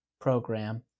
program